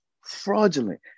fraudulent